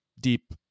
deep